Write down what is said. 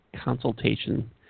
consultation